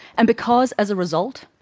and because, as a result,